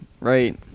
right